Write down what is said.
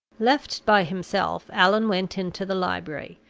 left by himself, allan went into the library,